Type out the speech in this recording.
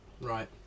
right